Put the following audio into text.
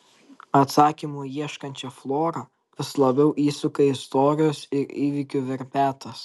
atsakymų ieškančią florą vis labiau įsuka istorijos ir įvykių verpetas